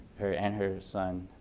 her and her son,